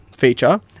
feature